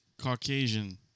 Caucasian